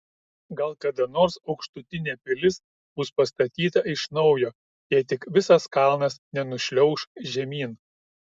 gal kada nors aukštutinė pilis bus pastatyta iš naujo jei tik visas kalnas nenušliauš žemyn